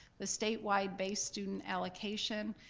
the state-wide base student allocation,